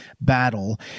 battle